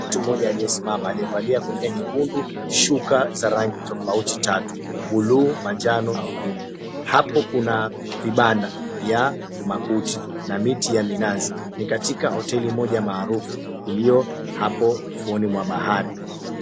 Mtu mmoja aliyesimama aliyevalia kofia nyekundu shuka za rangi tofauti tatu bluu, manjano nyekundu. Hapo kuna vibanda vya makuti na miti ya minazi ni katika hoteli moja iliyo maarufu iliyo hapo ufuoni mwa bahari.